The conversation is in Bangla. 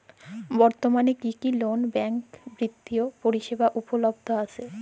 বর্তমানে কী কী নন ব্যাঙ্ক বিত্তীয় পরিষেবা উপলব্ধ আছে?